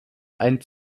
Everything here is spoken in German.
ein